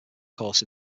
course